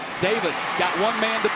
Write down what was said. davis got one man but